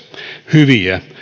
hyviä